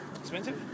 Expensive